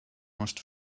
must